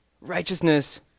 Righteousness